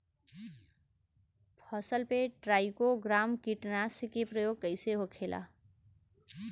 फसल पे trichogramma कीटनाशक के प्रयोग कइसे होखेला?